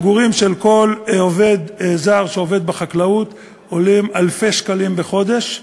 מגורים של כל עובד זר שעובד בחקלאות עולים אלפי שקלים בחודש,